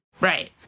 Right